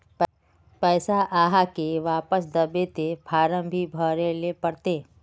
पैसा आहाँ के वापस दबे ते फारम भी भरें ले पड़ते?